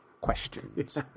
questions